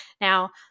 Now